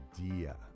idea